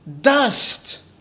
Dust